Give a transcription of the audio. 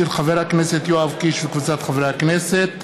של חבר הכנסת יואב קיש וקבוצת חברי הכנסת.